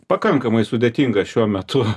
pakankamai sudėtinga šiuo metu